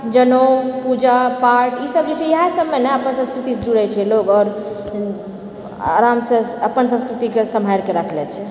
जनेउ पूजा पाठ ई सब जे छै इएह सबमे ने अपन संस्कृतिसँ जुड़ै छै लोग आओर आरामसँ अपन संस्कृतिके सम्हारिके राखले छै